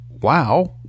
wow